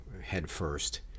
headfirst